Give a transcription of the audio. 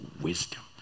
wisdom